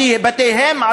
בתיהם,